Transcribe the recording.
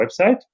website